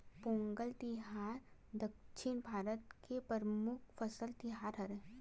पोंगल तिहार दक्छिन भारत के परमुख फसल तिहार हरय